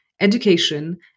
education